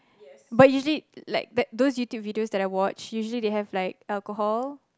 but usually like that those YouTube that I watched usually they have like alcohol